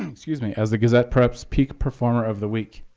excuse me as the gazette preps peak performer of the week.